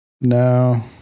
No